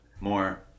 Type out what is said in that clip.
more